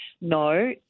No